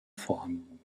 vorhanden